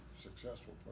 successful